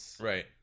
Right